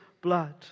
blood